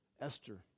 Esther